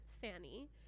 fanny